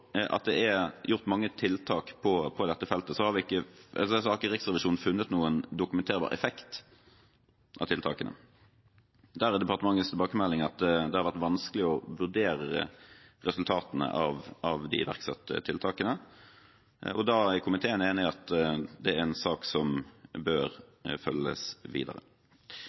at det er gjort mange tiltak på dette feltet, har ikke Riksrevisjonen funnet noen dokumenterbar effekt av tiltakene. Der er departementets tilbakemelding at det har vært vanskelig å vurdere resultatene av de iverksatte tiltakene, og da er komiteen enig i at det er en sak som bør følges videre.